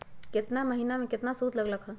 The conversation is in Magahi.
केतना महीना में कितना शुध लग लक ह?